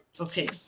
Okay